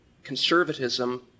conservatism